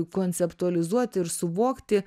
konceptualizuoti ir suvokti